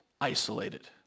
isolated